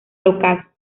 local